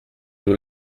nous